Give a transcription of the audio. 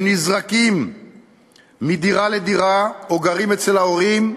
הם נזרקים מדירה לדירה או גרים אצל ההורים.